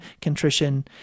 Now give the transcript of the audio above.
contrition